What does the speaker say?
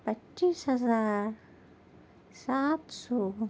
پچیس ہزار سات سو